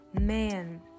Man